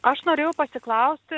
aš norėjau pasiklausti